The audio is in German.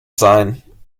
sein